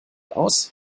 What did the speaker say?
aus